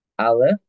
Ale